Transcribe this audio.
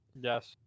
Yes